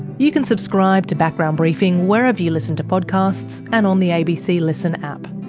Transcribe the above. you can subscribe to background briefing wherever you listen to podcasts, and on the abc listen app.